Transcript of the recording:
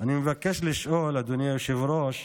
אני מבקש לשאול, אדוני היושב-ראש: